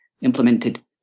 implemented